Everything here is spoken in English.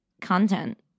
content